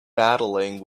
battling